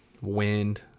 wind